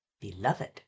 beloved